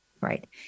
Right